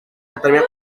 determina